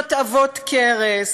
תלונות עבות כרס,